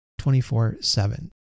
24-7